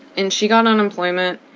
and she got unemployment.